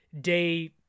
day